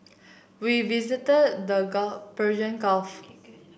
we visited the Gulf Persian Gulf